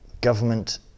government